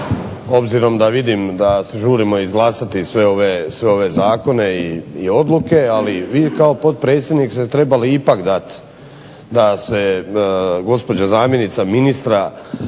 obzirom da vidim da se žurimo izglasati sve ove zakone i odluke. Ali vi kao potpredsjednik ste ipak trebali dati da se gospođa zamjenica ministra